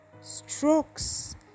strokes